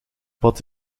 wat